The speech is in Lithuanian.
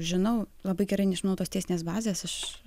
žinau labai gerai nežinau tos teisinės bazės iš